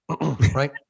right